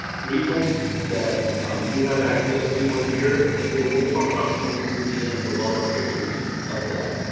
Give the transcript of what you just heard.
regionals that you have access to on here and then we'll talk about some of these at the end with all the pictures of that.